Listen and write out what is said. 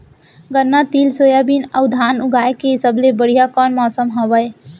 गन्ना, तिल, सोयाबीन अऊ धान उगाए के सबले बढ़िया कोन मौसम हवये?